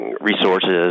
resources